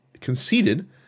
conceded